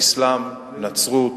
אסלאם, נצרות,